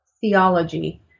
theology